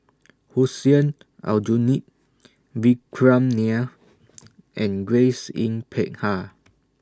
Hussein Aljunied Vikram Nair and Grace Yin Peck Ha